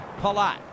Palat